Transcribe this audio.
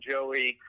Joey